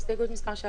הסתייגות 1(ב).